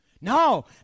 No